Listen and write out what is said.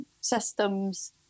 systems